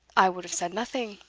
i would have said nothing.